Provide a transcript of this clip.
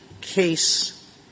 case